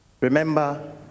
remember